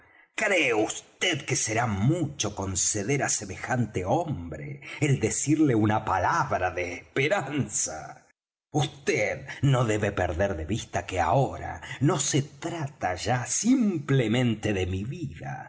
cree vd que será mucho conceder á semejante hombre el decirle una palabra de esperanza vd no debe perder de vista que ahora no se trata ya simplemente de mi vida